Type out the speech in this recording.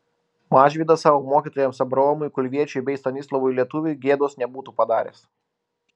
mažvydas savo mokytojams abraomui kulviečiui bei stanislovui lietuviui gėdos nebūtų padaręs